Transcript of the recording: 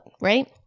right